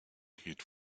geht